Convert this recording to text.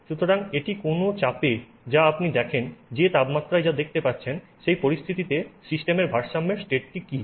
সুতরাং এটি যেকোনও চাপে যা আপনি দেখেন যে তাপমাত্রায় যা দেখতে পাচ্ছেন সেই পরিস্থিতিতে সিস্টেমের system's ভারসাম্যের স্টেটটি কী